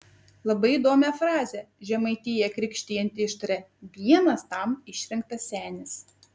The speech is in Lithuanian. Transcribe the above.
labai įdomią frazę žemaitiją krikštijant ištaria vienas tam išrinktas senis